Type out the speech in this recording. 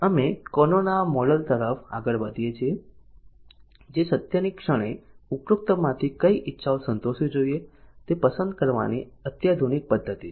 અમે કાનોના મોડેલ તરફ આગળ વધીએ છીએ જે સત્યની ક્ષણે ઉપરોક્તમાંથી કઈ ઇચ્છાઓ સંતોષવી જોઈએ તે પસંદ કરવાની અત્યાધુનિક પદ્ધતિ છે